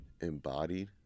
Embodied